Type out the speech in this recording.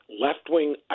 left-wing